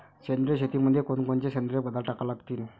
सेंद्रिय शेतीमंदी कोनकोनचे सेंद्रिय पदार्थ टाका लागतीन?